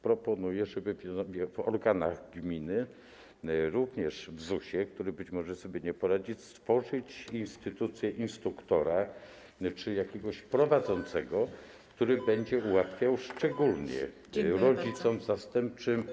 Proponuję, żeby w organach gminy, również w ZUS-ie, który może sobie nie poradzić, stworzyć instytucję instruktora bądź jakiegoś prowadzącego, który będzie ułatwiał, szczególnie rodzicom zastępczym.